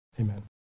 amen